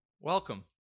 Welcome